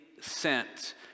sent